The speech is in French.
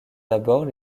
d’abord